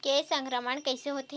के संक्रमण कइसे होथे?